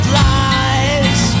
lies